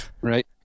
right